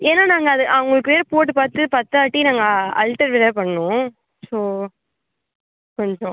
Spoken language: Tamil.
ஏன்னா நாங்கள் அது அவங்களுக்கு வேறு போட்டு பார்த்து பத்தாட்டி நாங்கள் அல்ட்டர் வேறு பண்ணும் ஸோ கொஞ்சம்